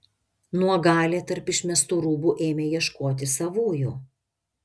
nuogalė tarp išmestų rūbų ėmė ieškoti savųjų